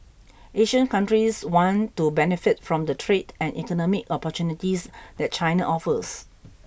Asian countries want to benefit from the trade and economic opportunities that China offers